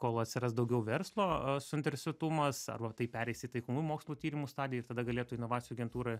kol atsiras daugiau verslo suinteresuotumas arba tai pereis į taikomų mokslų tyrimų stadiją ir tada galėtų inovacijų agentūra